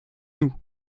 nous